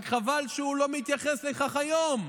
רק חבל שהוא לא מתייחס לכך היום.